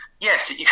Yes